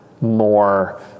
more